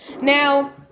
Now